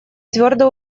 твердо